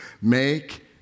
Make